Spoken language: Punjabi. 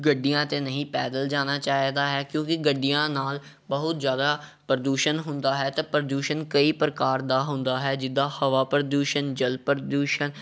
ਗੱਡੀਆਂ 'ਤੇ ਨਹੀਂ ਪੈਦਲ ਜਾਣਾ ਚਾਹੀਦਾ ਹੈ ਕਿਉਂਕਿ ਗੱਡੀਆਂ ਨਾਲ ਬਹੁਤ ਜ਼ਿਆਦਾ ਪ੍ਰਦੂਸ਼ਣ ਹੁੰਦਾ ਹੈ ਅਤੇ ਪ੍ਰਦੂਸ਼ਣ ਕਈ ਪ੍ਰਕਾਰ ਦਾ ਹੁੰਦਾ ਹੈ ਜਿੱਦਾਂ ਹਵਾ ਪ੍ਰਦੂਸ਼ਣ ਜਲ ਪ੍ਰਦੂਸ਼ਣ